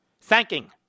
thanking